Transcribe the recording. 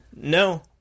No